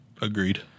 Agreed